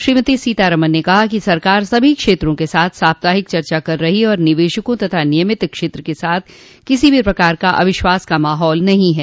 श्रीमती सीतारमन ने कहा कि सरकार सभी क्षेत्रों के साथ साप्ताहिक चर्चा कर रही है और निवेशकों तथा निगमित क्षेत्र के साथ किसी भी प्रकार का अविश्वास का माहौल नहीं है